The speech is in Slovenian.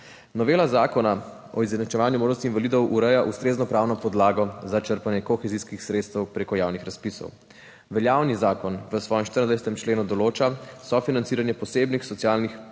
Novela Zakona o izenačevanju možnosti invalidov ureja ustrezno pravno podlago za črpanje kohezijskih sredstev prek javnih razpisov. Veljavni zakon v svojem 24. členu določa sofinanciranje posebnih socialnih